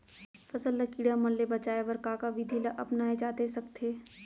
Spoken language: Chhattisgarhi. फसल ल कीड़ा मन ले बचाये बर का का विधि ल अपनाये जाथे सकथे?